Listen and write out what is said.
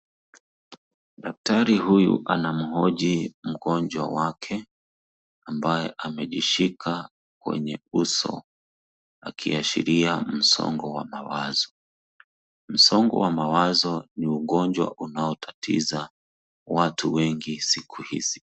Daktari huyu anamhoji mgonjwa wake ambaye amejishika kwenye uso akiashiria msongo wa mawazo. Msongo wa mawazo ni ugonjwa unaotatiza watu wengi siku hizi.